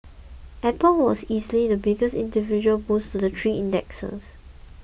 Apple was easily the biggest individual boost to the three indexes